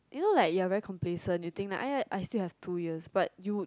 you know like you are really complaisance you think that !aiya! I still has two years but you